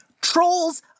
Trolls